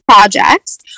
projects